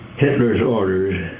hitler's orders